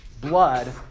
blood